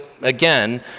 again